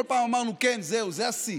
כל פעם אמרנו: כן, זהו, זה השיא,